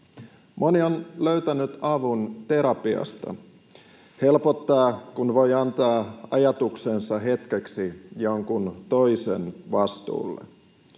Moni on löytänyt avun terapiasta. Helpottaa, kun voi antaa ajatuksensa hetkeksi jonkun toisen vastuulle.